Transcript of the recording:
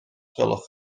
gwelwch